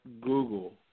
Google